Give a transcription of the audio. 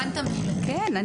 כן.